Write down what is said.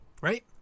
right